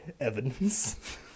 evidence